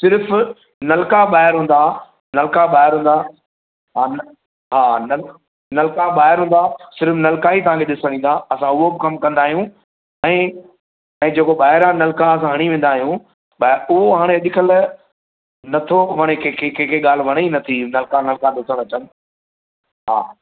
सिर्फ नलका ॿाहिर हूंदा नलका ॿाहिर हूंदा हा नल हा नल नलका ॿाहिर हूंदा सिर्फ नलका ई तांखे ॾिसणु ईंदा असां उहो बि कमु कंदा आयूं ऐं जेको ॿाहिरां नलका असां हणी वेंदा आयूं ॿाहिरि उहो हाणे अॼुकल्ह न थो वणे कैंखे कैंखे ॻाल्हि वणे ई न थी नलका नथा ॾिसणु अचनि हा